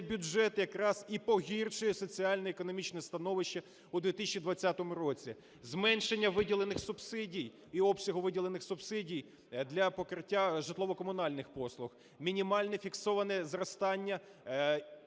бюджет якраз і погіршує соціально-економічне становище 2020 році: зменшення виділених субсидій і обсягу виділених субсидій для покриття житлово-комунальних послуг; мінімальне фіксоване зростання,